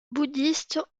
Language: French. bouddhistes